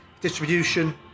distribution